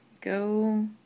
go